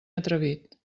atrevit